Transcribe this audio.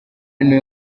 niwe